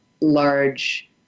large